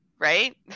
right